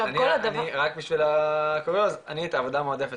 רק בשביל הקוריוז אני את העבודה המועדפת